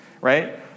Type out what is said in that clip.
right